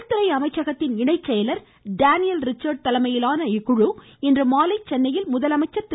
உள்துறை அமைச்சகத்தின் இணைச்செயலாளர் டேனியல் ரிச்சர்டு தலைமையிலான இக்குழு இன்று மாலை சென்னையில் முதலமைச்சர் திரு